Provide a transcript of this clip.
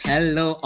Hello